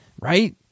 right